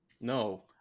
No